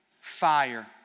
fire